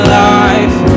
life